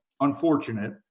unfortunate